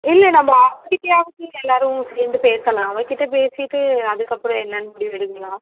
இல்லை நம்ம அவர் கிட்டேயாச்சி எல்லாேரும் சேர்ந்து பேசலாம் அவங்க கிட்டே பேசிவிட்டு அதுக்கப்புறம் என்னென்று முடிவு எடுக்கலாம்